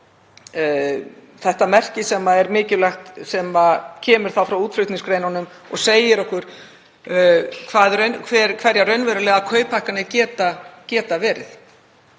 þetta merki sem er mikilvægt, sem kemur frá útflutningsgreinunum, og segir okkur hverjar raunverulegar kauphækkanir geta orðið.